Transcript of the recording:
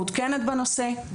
מעודכנת בנושא,